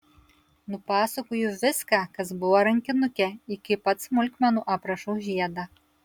nupasakoju viską kas buvo rankinuke iki pat smulkmenų aprašau žiedą